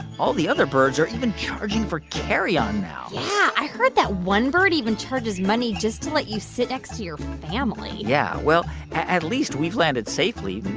all the other birds are even charging for carry-on now yeah, i heard that one bird even charges money just to let you sit next to your family yeah. well, at least we've landed safely,